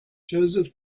joseph